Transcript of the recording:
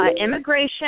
immigration